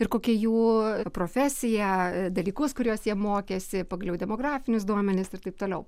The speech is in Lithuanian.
ir kokia jų profesija dalykus kuriuos jie mokėsi pagaliau demografinius duomenis ir taip toliau